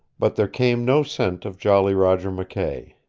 but there came no scent of jolly roger mckay.